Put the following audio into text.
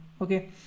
Okay